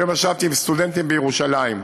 היום ישבתי עם סטודנטים בירושלים.